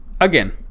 Again